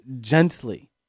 gently